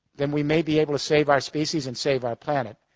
then we may be able to save our species and save our planet.